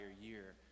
year